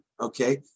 okay